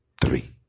three